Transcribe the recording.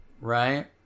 right